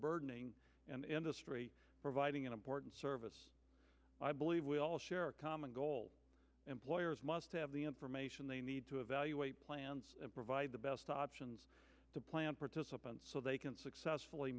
burdening and providing an important service i believe we all share a common goal employers must have the information they need to evaluate plans and provide the best options to plan participants so they can successfully